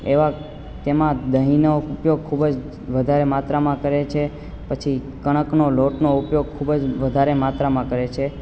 એવા તેમાં દહીંના ઉપયોગ ખુબજ વધારે માત્રામાં કરે છે પછી કણકનો લોટનો ઉપયોગ ખૂબ જ વધારે માત્રામાં કરે છે